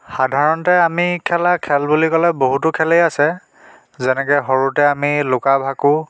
সাধাৰণতে আমি খেলা খেল বুলি ক'লে বহুতো খেলেই আছে যেনেকে সৰুতে আমি লুকা ভাকু